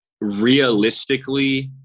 realistically